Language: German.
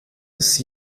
ist